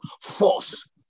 force